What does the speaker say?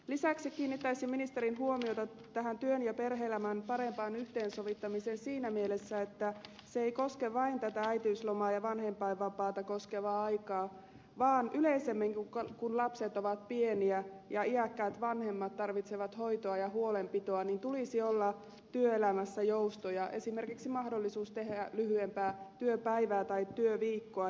lisäksi kiinnittäisin ministerin huomiota tähän työn ja perhe elämän parempaan yhteensovittamiseen siinä mielessä että se ei koske vain tätä äitiyslomaa ja vanhempainvapaata koskevaa aikaa vaan yleisemmin kun lapset ovat pieniä ja iäkkäät vanhemmat tarvitsevat hoitoa ja huolenpitoa tulisi olla työelämässä joustoja esimerkiksi mahdollisuus tehdä lyhyempää työpäivää tai työviikkoa